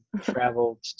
traveled